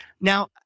Now